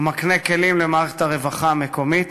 הוא מקנה כלים למערכת הרווחה המקומית